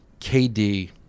KD